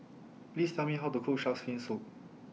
Please Tell Me How to Cook Shark's Fin Soup